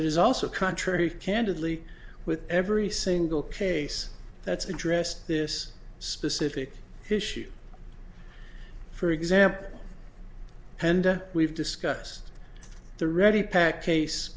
it is also contrary candidly with every single case that's addressed this specific issue for example and we've discussed the ready packed case